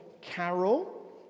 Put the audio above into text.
carol